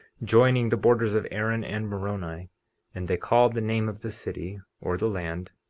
joining the borders of aaron and moroni and they called the name of the city, or the land,